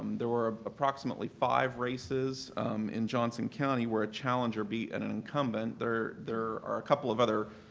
there were approximately five races in johnson county where a challenger beat and an incumbent. there there are a couple of other